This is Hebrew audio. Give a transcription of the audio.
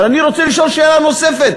אבל אני רוצה לשאול שאלה נוספת,